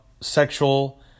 sexual